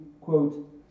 quote